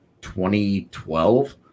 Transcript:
2012